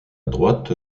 droite